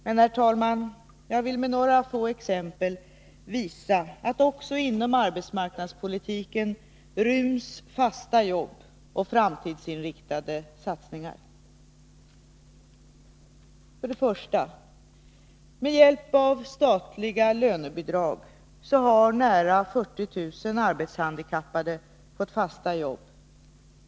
Men, herr talman, jag vill med några få exempel visa att också inom arbetsmarknadspolitiken ryms fasta jobb och framtidsinriktade satsningar. För det första: Med hjälp av statliga lönebidrag har nära 40000 arbetshandikappade fått fasta jobb.